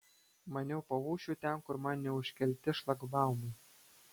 maniau paūšiu ten kur man neužkelti šlagbaumai